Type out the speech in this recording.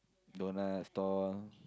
donut stall